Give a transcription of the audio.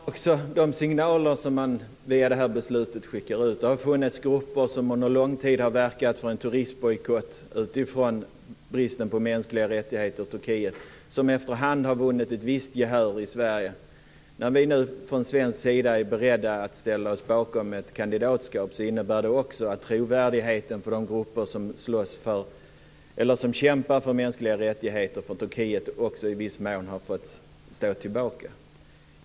Fru talman! Det gäller också de signaler som man via det här beslutet skickar ut. Det har funnits grupper som under lång tid har verkat för en turistbojkott utifrån bristen på respekt för mänskliga rättigheter i Turkiet och som efterhand har vunnit ett visst gehör i Sverige. När vi nu från svensk sida är beredda att ställa oss bakom ett kandidatskap innebär det också att trovärdigheten för de grupper som kämpar för mänskliga rättigheter i Turkiet i viss mån har fått stå tillbaka.